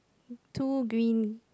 two green